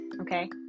okay